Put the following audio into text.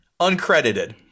Uncredited